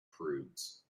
prudes